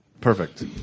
Perfect